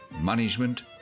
management